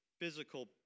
physical